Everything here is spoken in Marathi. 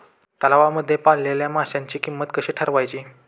तलावांमध्ये पाळलेल्या माशांची किंमत कशी ठरवायची?